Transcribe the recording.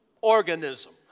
organism